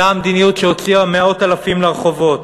אותה המדיניות שהוציאה מאות אלפים לרחובות.